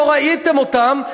לא ראיתם אותם,